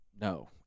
No